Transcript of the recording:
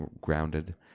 grounded